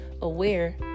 aware